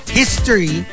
history